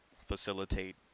facilitate